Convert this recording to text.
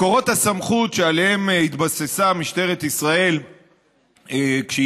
מקורות הסמכות שעליהם התבססה משטרת ישראל כשהיא